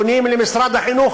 למשרד החינוך.